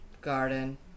garden